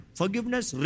forgiveness